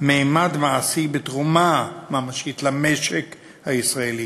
ממד מעשי, בתרומה ממשית למשק הישראלי.